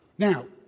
now,